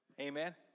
Amen